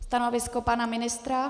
Stanovisko pana ministra?